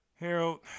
Harold